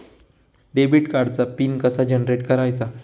Debit कार्डचा PIN कसा generate करायचा?